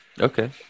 Okay